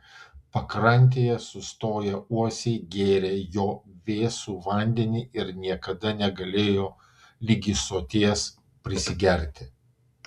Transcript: pakrantėje sustoję uosiai gėrė jo vėsų vandenį ir niekada negalėjo ligi soties prisigerti